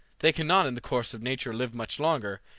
they cannot in the course of nature live much longer,